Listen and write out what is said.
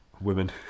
Women